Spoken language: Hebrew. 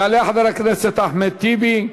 יעלה חבר הכנסת אחמד טיבי,